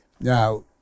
Now